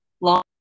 Long